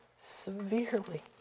severely